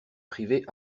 privée